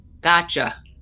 Gotcha